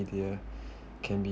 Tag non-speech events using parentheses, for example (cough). media (breath) can be